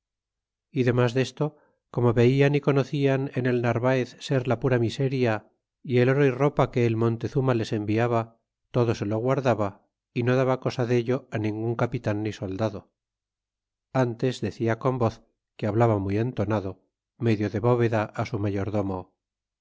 y demás desto como velan y conocían en el narvaez ser la pura miseria y el oro y ropa que el montezuma les enviaba todo se lo guardaba y no daba cosa dello ningun capital ni soldado ntes decia con voz que hablaba muy entonado medio de bóveda su mayordomo